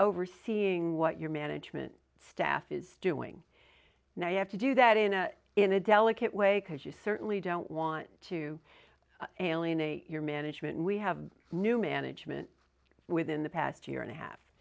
overseeing what your management staff is doing now you have to do that in a in a delicate way because you certainly don't want to alienate your management and we have a new management within the past year and a half